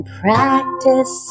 practice